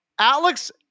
Alex